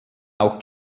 auch